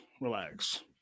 Relax